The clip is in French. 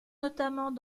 notamment